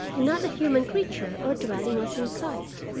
and not a human creature or dwelling was in sight.